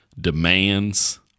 demands